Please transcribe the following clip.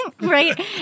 Right